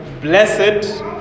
blessed